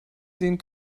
sehen